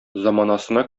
заманасына